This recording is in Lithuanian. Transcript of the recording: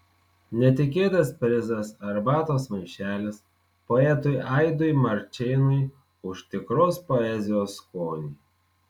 netikėtas prizas arbatos maišelis poetui aidui marčėnui už tikros poezijos skonį